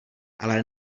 ale